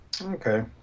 Okay